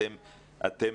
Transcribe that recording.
אתם